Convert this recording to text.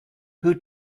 who